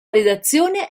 redazione